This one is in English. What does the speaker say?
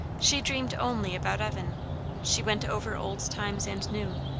she dreamed only about evan she went over old times and new,